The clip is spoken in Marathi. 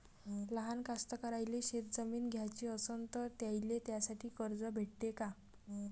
लहान कास्तकाराइले शेतजमीन घ्याची असन तर त्याईले त्यासाठी कर्ज भेटते का?